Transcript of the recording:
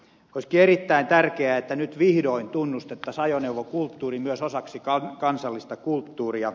olisikin erittäin tärkeää että nyt vihdoin tunnustettaisiin ajoneuvokulttuuri myös osaksi kansallista kulttuuria